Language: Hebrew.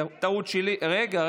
טעות שלי היו"ר יבגני סובה: רגע,